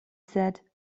said